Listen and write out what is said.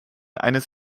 eines